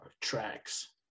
tracks